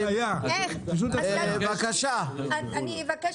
אני רוצה